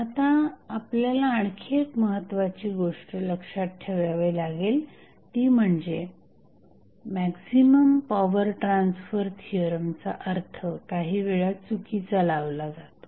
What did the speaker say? आता आपल्याला आणखी एक महत्वाची गोष्ट लक्षात ठेवावी लागेल ती म्हणजे मॅक्झिमम पॉवर ट्रान्सफर थिअरमचा अर्थ काहीवेळा चुकीचा लावला जातो